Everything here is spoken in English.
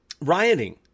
rioting